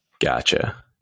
Gotcha